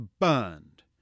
burned